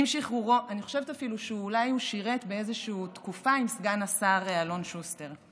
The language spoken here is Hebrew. אני חושבת אפילו שאולי הוא שירת באיזושהי תקופה עם סגן השר אלון שוסטר,